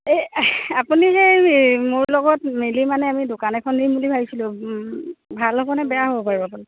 এই আপুনি যে মোৰ লগত মিলি মানে আমি দোকান এখন দিম বুলি ভাবিছিলোঁ ভাল হ'বনে বেয়া হ'ব বাৰু আপুনি